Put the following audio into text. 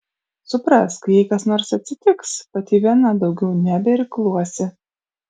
suprask jei kas nors atsitiks pati viena daugiau nebeirkluosi